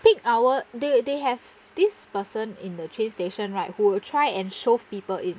peak hour they they have this person in the train station right who will try and shove people in